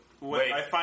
Wait